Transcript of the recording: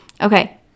Okay